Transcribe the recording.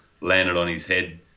landed-on-his-head